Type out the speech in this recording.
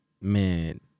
man